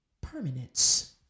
permanence